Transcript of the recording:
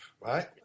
right